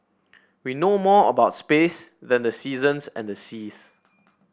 we know more about space than the seasons and the seas